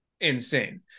insane